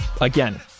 again